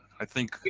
i think.